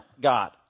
god